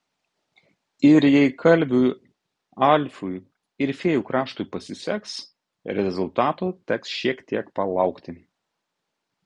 ir jei kalviui alfui ir fėjų kraštui pasiseks rezultatų teks šiek tiek palaukti